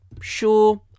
Sure